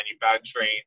manufacturing